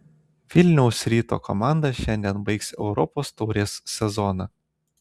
vilniaus ryto komanda šiandien baigs europos taurės sezoną